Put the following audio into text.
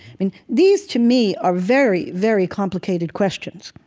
but and these to me are very, very complicated questions.